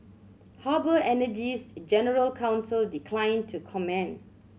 harbour Energy's general counsel declined to comment